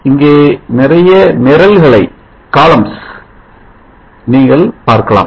இங்கே நிறைய நிரல்களை நீங்கள் பார்க்கலாம்